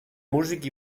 músic